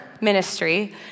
ministry